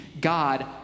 God